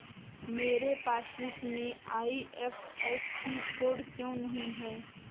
मेरे पासबुक में IFSC code क्यो नहीं है?